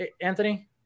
Anthony